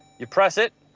you press it,